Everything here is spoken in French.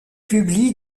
publie